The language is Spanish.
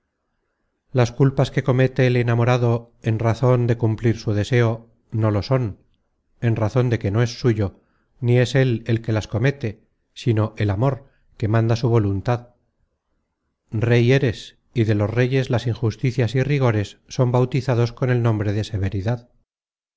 las culpas que comete el enamorado en razon de cumplir su deseo no lo son en razon de que no es suyo ni es él el que las comete sino el amor que manda su voluntad rey eres y de los reyes las injusticias y rigores son bautizados con nombre de severidad